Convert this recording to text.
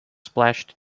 splashed